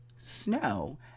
snow